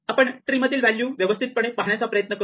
आपण ट्री मधील व्हॅल्यू व्यवस्थितपणे पहाण्याचा प्रयत्न करू